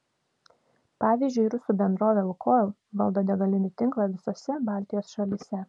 pavyzdžiui rusų bendrovė lukoil valdo degalinių tinklą visose baltijos šalyse